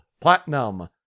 platinum